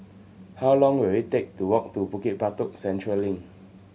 how long will it take to walk to Bukit Batok Central Link